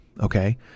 Okay